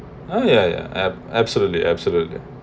oh ya ya ab~ absolutely absolutely